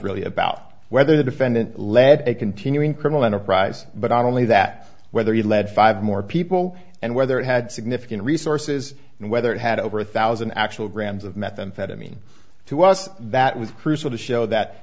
really about whether the defendant led a continuing criminal enterprise but only that whether he led five more people and whether it had significant resources and whether it had over a thousand actual grams of methamphetamine to us that was crucial to show that